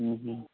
ଉଁ ହୁଁ